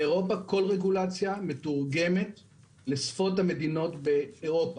באירופה כל רגולציה מתורגמת לשפות המדינות באירופה.